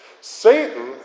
Satan